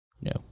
No